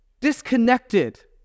disconnected